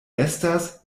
estas